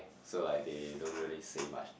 so like they don't really say much